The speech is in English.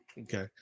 Okay